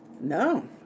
No